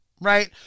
right